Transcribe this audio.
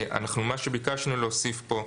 מה שאנחנו ביקשנו להוסיף פה,